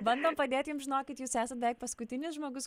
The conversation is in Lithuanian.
bandom padėti jum žinokit jūs esat beveik paskutinis žmogus